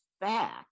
fact